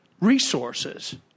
resources